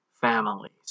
families